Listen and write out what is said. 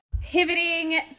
pivoting